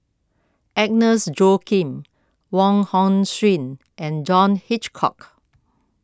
Agnes Joaquim Wong Hong Suen and John Hitchcock